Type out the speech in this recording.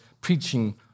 preaching